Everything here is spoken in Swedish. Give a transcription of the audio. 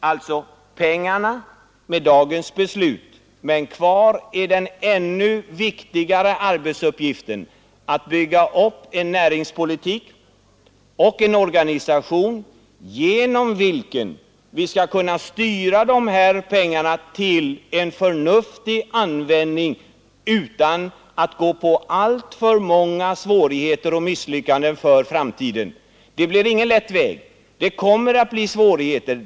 Alltså: pengarna finns med dagens beslut. Men kvar är de ännu viktigare arbetsuppgifterna att bygga upp en näringspolitik och en organisation genom vilken vi kan styra de här pengarna till en förnuftig användning — utan att råka ut för alltför många svårigheter och misslyckanden i framtiden. Det blir ingen lätt väg. Det kommer att uppstå svårigheter.